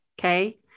Okay